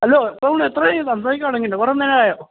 hello ഇപ്പം എത്രയായി സംസാരിക്കാൻ തുടങ്ങിയിട്ട് കുറെ നേരമായോ